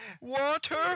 water